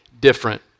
different